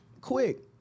Quick